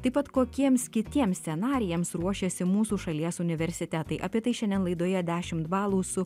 taip pat kokiems kitiems scenarijams ruošiasi mūsų šalies universitetai apie tai šiandien laidoje dešimt balų su